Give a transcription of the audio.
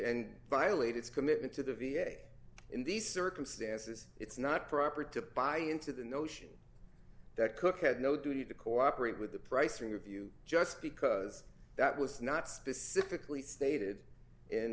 and violate its commitment to the v a in these circumstances it's not proper to buy into the notion that cooke had no duty to cooperate with the price review just because that was not specifically stated in